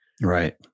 Right